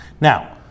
Now